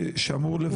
שאמור לבקר את התהליך.